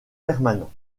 permanent